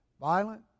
Violent